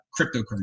cryptocurrency